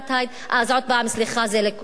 אז עוד פעם, סליחה, זה לא כיבוש.